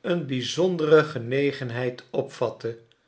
een bijzondere genegenheid